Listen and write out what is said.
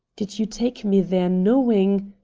did you take me there, knowing?